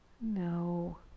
no